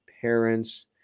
parents